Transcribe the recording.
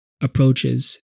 approaches